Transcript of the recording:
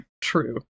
True